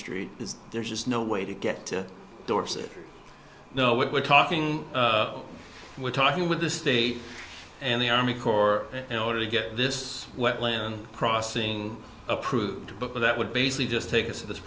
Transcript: street is there's just no way to get to dorset no we're talking we're talking with the state and the army corps in order to get this wetland crossing approved but that would basically just take us to this